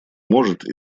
может